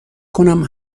کنم